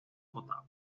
potable